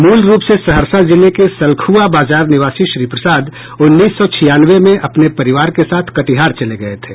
मूल रूप से सहरसा जिले के सलखुआ बाजार निवासी श्री प्रसाद उन्नीस सौ छियानवे में अपने परिवार के साथ कटिहार चले गये थे